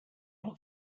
not